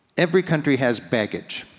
every country has baggage.